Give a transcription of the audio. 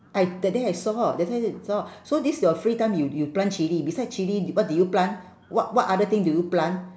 I that day I saw that day I saw so this is your free time you you plant chilli beside chilli d~ what did you plant what what other thing do you plant